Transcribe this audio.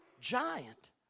giant